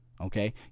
Okay